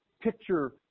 picture